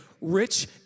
rich